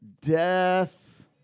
death